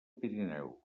pirineu